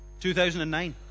2009